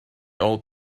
old